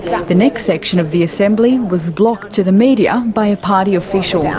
yeah the next section of the assembly was blocked to the media by a party official.